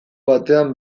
batean